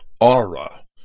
aura